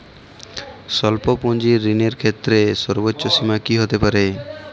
স্বল্প পুঁজির ঋণের ক্ষেত্রে সর্ব্বোচ্চ সীমা কী হতে পারে?